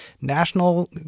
national